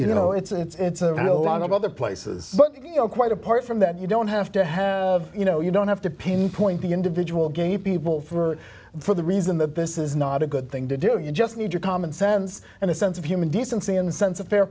you know it's a it's a lot of other places but you know quite apart from that you don't have to have you know you don't have to pinpoint the individual gay people for for the reason that this is not a good thing to do you just need your common sense and a sense of human decency and sense of fair